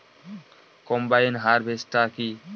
Combine harvester কি?